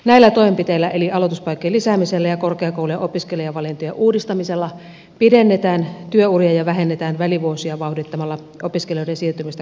näillä toimenpiteillä eli aloituspaikkojen lisäämisellä ja korkeakoulujen opiskelijavalintojen uudistamisella pidennetään työuria ja vähennetään välivuosia vauhdittamalla opiskelijoiden siirtymistä korkeakouluopintoihin